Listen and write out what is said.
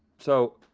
so,